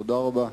תודה רבה.